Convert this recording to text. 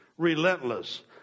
Relentless